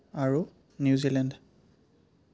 আৰু New Zealand